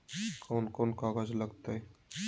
कौन कौन कागज लग तय?